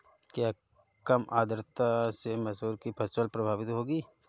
क्या कम आर्द्रता से मसूर की फसल प्रभावित होगी?